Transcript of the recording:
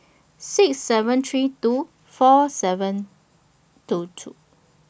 six seven three two four seven two two